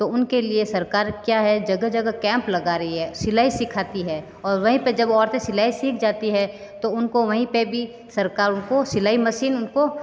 तो उन के लिए सरकार क्या है जगह जगह कैंप लगा रही है सिलाई सिखाती है और वहीं पर जब औरतें सिलाई सीख जाती हैं तो उनको वहीं पर भी सरकार उनको सिलाई मसीन उनको